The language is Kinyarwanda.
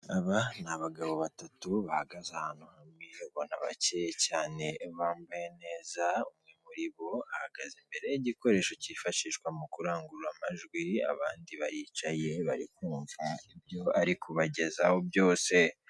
Aba n'abagabo batatu bahagaze ahantu hamwe ubona bakeye cyane bambaye neza umwe muribo ahagaze imbere y'igikoresho kifashishwa mukurangurura amajwi abandi baricaye bari kumva ibyo ari kubagezaho byose.